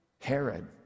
Herod